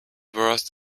worth